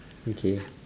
okay